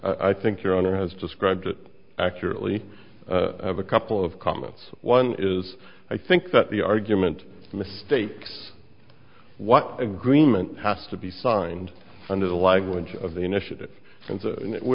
yes i think your honor has described it accurately i have a couple of comments one is i think that the argument mistakes what agreement has to be signed under the language of the initiative and